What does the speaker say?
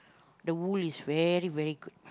the wool is very very good